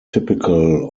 typical